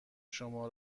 شما